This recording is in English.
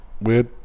weird